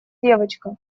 девочка